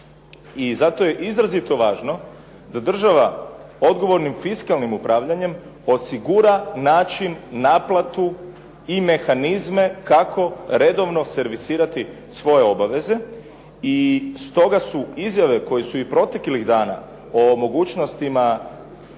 i zato je izrazito važno da država odgovornim fiskalnim upravljanjem osigura način, naplatu i mehanizme kako redovno servisirati svoje obaveze. I stoga su izjave koje su i proteklih dana o mogućnostima